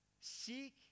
Seek